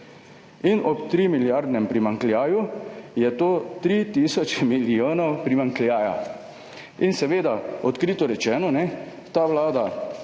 in ob 3 milijardnem primanjkljaju je to 3 tisoč milijonov primanjkljaja. Seveda odkrito rečeno ta Vlada